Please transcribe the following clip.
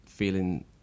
Feeling